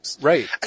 Right